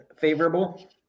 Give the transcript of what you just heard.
favorable